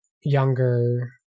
younger